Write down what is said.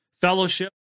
fellowship